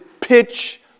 pitch